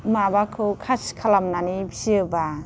माबाखौ खासि खालामनानै फिसियोबा